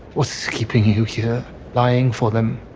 what's keeping you here lying for them?